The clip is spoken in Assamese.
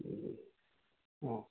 অঁ